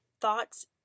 thoughts